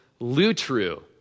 lutru